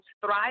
thrive